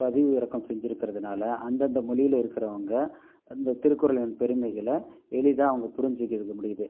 பதிவிறக்கம் செஞ்சுருக்கறதுனால அந்தந்த மொழியில் இருக்கிறவங்க அந்த திருக்குறளின் பெருமைகளை எளிதாக அவங்க புரிஞ்சுக்கிட முடியுது